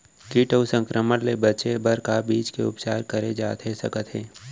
किट अऊ संक्रमण ले बचे बर का बीज के उपचार करे जाथे सकत हे?